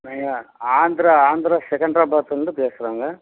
நாங்கள் ஆந்திரா ஆந்திரா செகேந்த்ராபாத்லேருந்து பேசுகிறோங்க